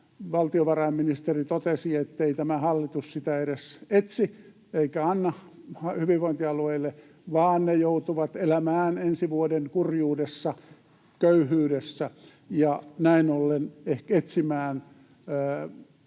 valtiovarainministeri totesi, ettei tämä hallitus sitä edes etsi eikä anna hyvinvointialueille, vaan ne joutuvat elämään ensi vuoden kurjuudessa — köyhyydessä — ja näin ollen etsimään